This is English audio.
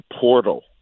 portal